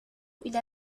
إلى